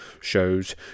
shows